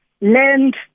land